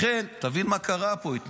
לכן, תבין מה קרה פה.